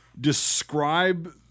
describe